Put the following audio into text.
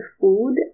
food